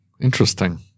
Interesting